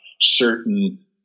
certain